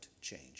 change